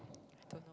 I don't know